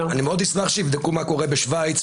אני מאוד אשמח שיבדקו מה קורה בשווייץ,